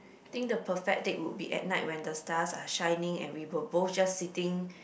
think the perfect date would be at night when the stars are shining and we were both just sitting